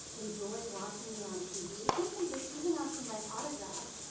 enjoy watching me on tv, sometimes they even ask for my autograph,